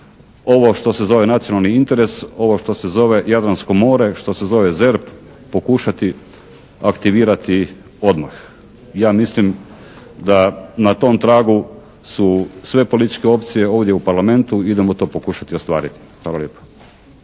ovo što se zove nacionalni interes, ovog što se zove Jadransko more, što se zove ZERP, pokušati aktivirati odmah. Ja mislim da na tom tragu su sve političke opcije ovdje u Parlamentu, idemo to pokušati ostvariti.